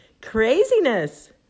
craziness